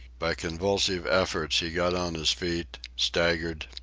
by convulsive efforts he got on his feet, staggered,